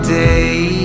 day